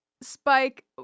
Spike